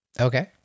Okay